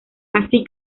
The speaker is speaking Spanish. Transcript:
así